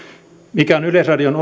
mikä on yleisradion